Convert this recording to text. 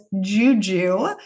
Juju